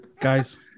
Guys